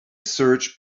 search